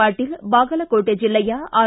ಪಾಟೀಲ್ ಬಾಗಲಕೋಟೆ ಜಿಲ್ಲೆಯ ಆರ್